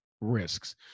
risks